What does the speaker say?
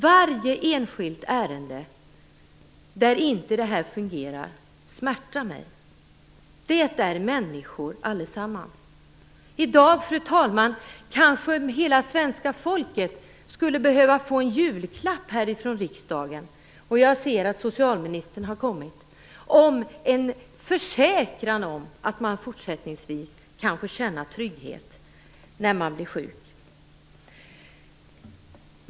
Varje enskilt ärende där sjukvården inte fungerar smärtar mig. De handlar om människor allesammans. I dag skulle kanske hela svenska behöva få en julklapp från riksdagen i form av en försäkran om att man fortsättningsvis kan få känna trygghet när man blir sjuk.